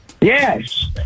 Yes